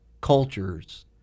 cultures